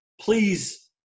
Please